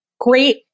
Great